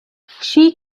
she